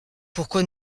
pourquoi